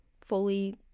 fully